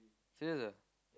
serious lah